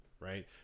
right